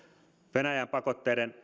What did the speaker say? venäjän pakotteiden